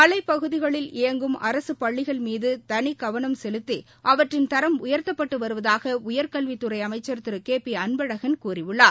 மலைப்பகுதிகளில் இயங்கும் அரசுப்பள்ளிகள் மீது தனிக்கவனம் செலுத்தி அவற்றின் தரம் உயர்த்தப்பட்டு வருவதாக உயர்கல்வித் துறை அமைச்சர் திரு கே பி அன்பழகன் கூறியுள்ளார்